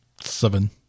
seven